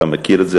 אתה מכיר את זה,